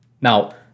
now